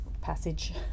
passage